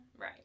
Right